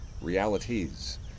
realities